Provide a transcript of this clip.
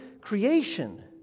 creation